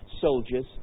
soldiers